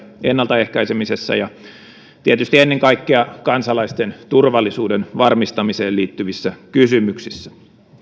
ennaltaehkäisemisessä ja tietysti ennen kaikkea kansalaisten turvallisuuden varmistamiseen liittyvissä kysymyksissä